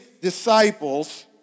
disciples